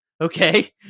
okay